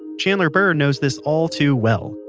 chandler burr knows this all too well,